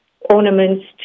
ornaments